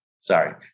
Sorry